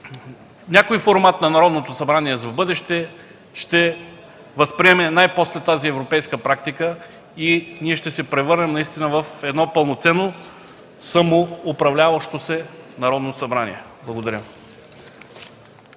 някой формат на Народното събрание в бъдеще ще възприеме най-после тази европейска практика и ще се превърнем в пълноценно, самоуправляващо се Народно събрание. Благодаря.